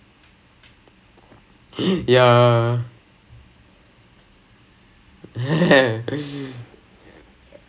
how could you then she's like then she's like I'm sorry I was like okay fine fine